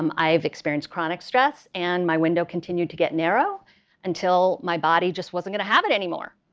um i have experienced chronic stress. and my window continued to get narrow until my body just wasn't going to have it anymore.